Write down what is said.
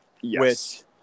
Yes